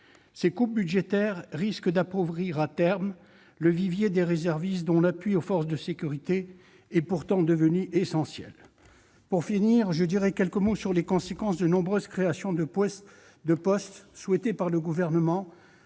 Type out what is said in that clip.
Ces coupes budgétaires risquent d'appauvrir, à terme, le vivier des réservistes, dont l'appui aux forces de sécurité est pourtant devenu essentiel. Enfin, je dirai quelques mots sur les conséquences des nombreuses créations de postes souhaitées par le Gouvernement